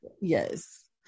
Yes